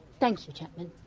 thank you, chapman.